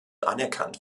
anerkannt